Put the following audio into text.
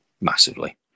Massively